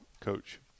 coach